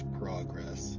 progress